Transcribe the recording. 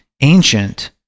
ancient